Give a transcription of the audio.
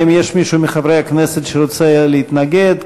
האם יש מישהו מחברי הכנסת שרוצה להתנגד?